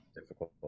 difficult